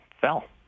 fell